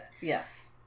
Yes